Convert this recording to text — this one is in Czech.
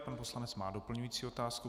Pan poslanec má doplňující otázku.